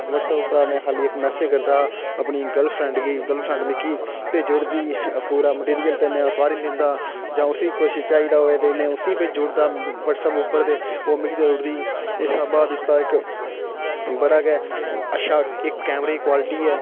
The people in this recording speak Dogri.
व्हाट्सएप उप्परा में खा'ल्ली इक मैसेज करदा अपनी गर्लफ्रेंड गी गर्लफ्रेंड मिगी भेजी ओड़दी पूरी मटेरियल ते में तोआरी लैंदा जां उसी किश चाही दा होऐ ते में उसी भेजू ओड़दा व्हाट्सएप उप्पर ते ओह् मिगी देई ओड़दी इक स्हाबा दा इसदा इक बड़ा गै अच्छा इक कैमरे दी क्वालिटी ऐ